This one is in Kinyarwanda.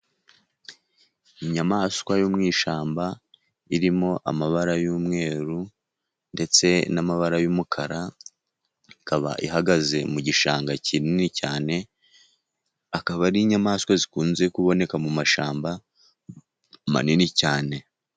Inyamaswa yo mu ishyamba irimo, amabara y'umweru ndetse n'amabara y'umukara, ikaba ihagaze mu gishanga kinini cyane, akaba ari inyamaswa zikunze kuboneka mu mashyamba manini cyane.